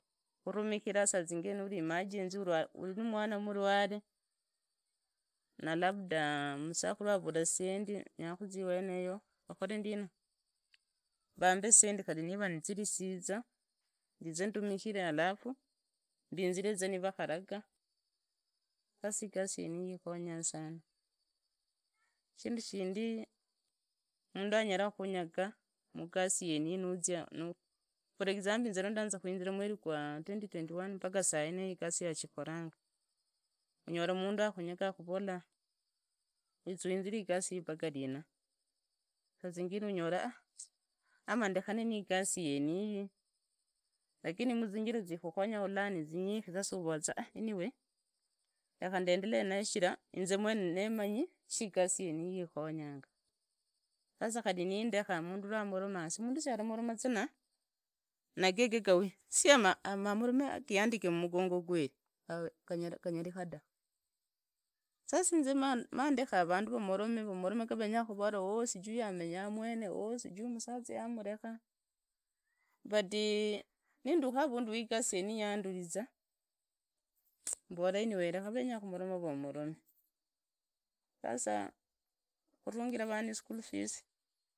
Khurumikhira sazingine nari nimergency, uri na mwana murware, na labda musakhusa havula zisendi nyalakhuzia iweneyo, vakhore ndina, vaambe zisendi khari niva niza risizaa, nzinze ndumikhire alafu ndizire za nivakhalagaa, sasa igasi yeniyi ikhonge sana, shindu shindi mundu anyala khunyaga mugasi yeniyi nuzia for example inzi wandaaza khukizira mweri qwa zozi mpaka sai igasi yeniyi yashikholanga angola mundu akhunyaga akhurolaa wiza winzire igasi yeniyi paka lina sazingine unyola uvovaa ama ndekhane nigasi yeniyi, lakini muzinziva zia alla zikhukhonyaa aiba nizinyiki uvola rekha ndendelee nigasi yendi rekha ndeendelee nayo nayo shichira manyio shi igasi yeniyi ikhonyanya, si kahri nindekha mundu rwamoroma mundu saramoroma za na gawili siamamorome naglandika mumugonga kweri, nganyarikha ta, sasa inze mandhekha vandu ramorome ramarome vegenyaa khumoroma ooh sijuia mwene, ooh sijui musaza yamurekhaa, but nindukhaa arundu wa igasi yeniyi yanduriza mbora anyway rekha vunya khumoroma vamorome, sasa khurungira vana ischool fees.